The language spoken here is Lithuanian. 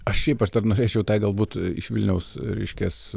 aš šiaip aš dar norėčiau tai galbūt iš vilniaus reiškias